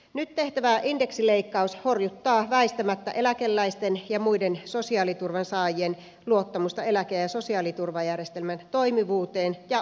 nyt tehtävä indeksileikkaus horjuttaa väistämättä eläkeläisten ja muiden sosiaaliturvan saajien luottamusta eläke ja sosiaaliturvajärjestelmän toimivuuteen ja oikeudenmukaisuuteen